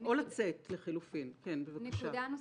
או לחלופין לצאת.